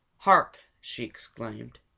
hark! she exclaimed.